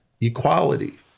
equality